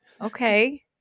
okay